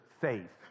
faith